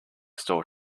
store